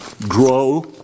grow